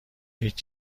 هیچ